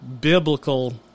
biblical